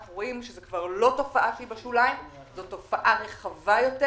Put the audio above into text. אנחנו רואים שזו כבר לא תופעה שהיא בשוליים,